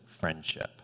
friendship